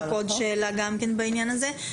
רק עוד שאלה גם כן בעניין הזה.